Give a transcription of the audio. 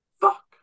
Fuck